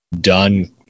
done